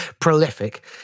prolific